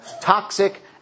toxic